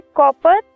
copper